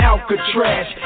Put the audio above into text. Alcatraz